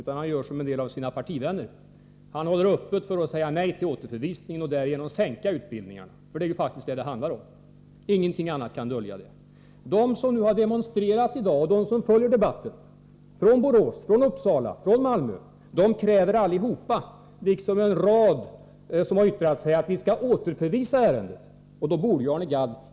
Han gör som en del partivänner gör: Han håller öppet för att säga nej till återförvisning och därigenom sänka utbildningarna. Det är ju faktiskt vad det handlar om. Ingenting kan dölja det. Alla som demonstrerat i dag och alla som följer debatten, från Borås, Uppsala och Malmö, liksom en rad andra som yttrat sig i frågan, kräver att ärendet återförvisas.